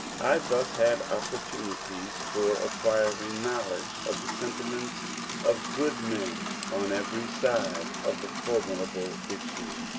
i thus had opportunities for acquiring knowledge of the sentiments of good men on every side of the formidable issue,